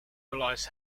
relies